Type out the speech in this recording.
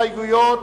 הסתייגויות,